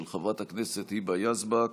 של חברת הכנסת היבה יזבק,